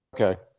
Okay